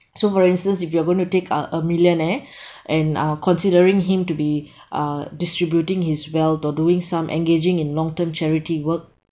so for instance if you are going to take uh a millionaire and uh considering him to be uh distributing his wealth or doing some engaging in long term charity work